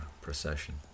procession